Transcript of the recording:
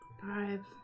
Five